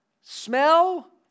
smell